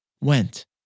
went